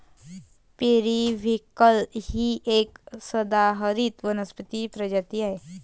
periwinkle ही एक सदाहरित वनस्पती प्रजाती आहे